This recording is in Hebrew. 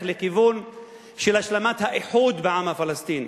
לכיוון של השלמת האיחוד בעם הפלסטיני,